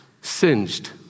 Singed